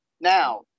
Now